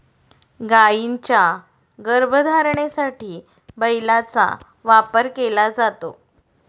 गायींच्या गर्भधारणेसाठी बैलाचा वापर केला जातो